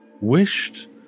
wished